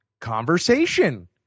conversation